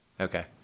Okay